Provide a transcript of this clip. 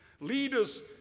Leaders